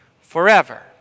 forever